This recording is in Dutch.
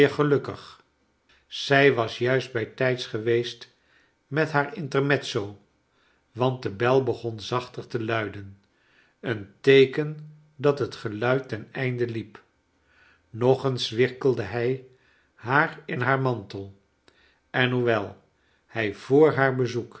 gelukkig zij was juist bijtijds geweest met haar intermezzo want de bel begon za enter te luidem een teeken dat het gelui ten einde liep nog eens wikkelde hij haar in haar mantel en jioewel hij voor haar bezoek